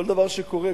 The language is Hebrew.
כל דבר שקורה,